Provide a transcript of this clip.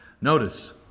notice